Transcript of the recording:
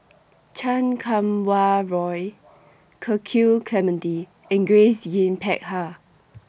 Chan Kum Wah Roy Cecil Clementi and Grace Yin Peck Ha